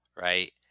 right